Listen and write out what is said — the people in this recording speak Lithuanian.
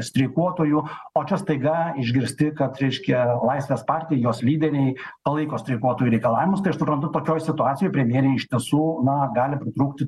streikuotojų o čia staiga išgirsti kat reiškia laisvės partija jos lyderiai palaiko streikuotojų reikalavimus tai aš suprantu tokioj situacijoj premjerei iš tiesų na gali pritrūkti